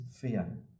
fear